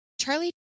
Charlie